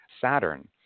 Saturn